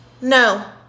No